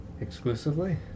Exclusively